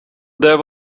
there